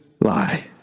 lie